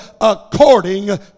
according